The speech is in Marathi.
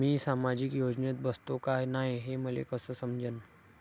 मी सामाजिक योजनेत बसतो का नाय, हे मले कस समजन?